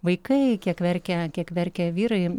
vaikai kiek verkia kiek verkia vyrai